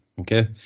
okay